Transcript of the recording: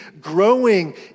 growing